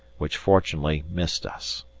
which fortunately missed us.